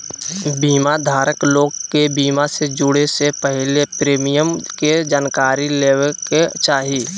बीमा धारक लोग के बीमा से जुड़े से पहले प्रीमियम के जानकारी लेबे के चाही